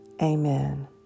Amen